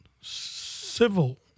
civil